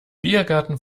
biergarten